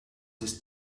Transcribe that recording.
this